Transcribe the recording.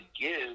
give